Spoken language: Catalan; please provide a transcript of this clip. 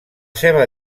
seva